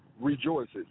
rejoices